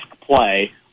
play